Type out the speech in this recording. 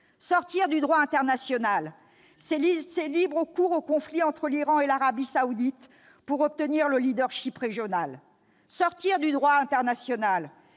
Sortir du droit international, c'est laisser libre cours au conflit opposant l'Iran et l'Arabie saoudite pour le leadership régional. Sortir du droit international,